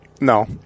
No